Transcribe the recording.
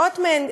מאות מהם,